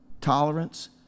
tolerance